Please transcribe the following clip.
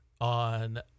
on